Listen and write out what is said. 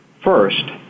first